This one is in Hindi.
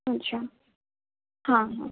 अच्छा हाँ हाँ